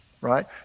Right